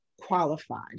qualified